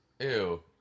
Ew